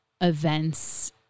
events